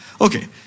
Okay